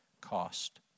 cost